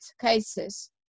cases